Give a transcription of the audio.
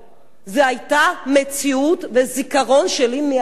זו היתה מציאות, וזיכרון שלי מהילדות.